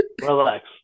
Relax